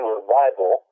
Revival